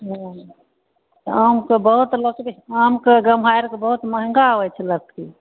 ओ तऽ आमके बहुत लकड़ी आमके गमहारिके बहुत महँगा होइत छै लकड़ी